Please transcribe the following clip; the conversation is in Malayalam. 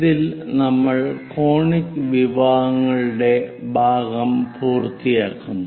ഇതിൽ നമ്മൾ കോണിക് വിഭാഗങ്ങളുടെ ഭാഗം പൂർത്തിയാക്കുന്നു